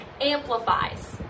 amplifies